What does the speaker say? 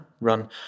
run